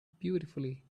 beautifully